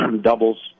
doubles